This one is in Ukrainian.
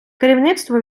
керівництво